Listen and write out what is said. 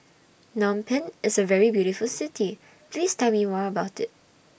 Phnom Penh IS A very beautiful City Please Tell Me More about IT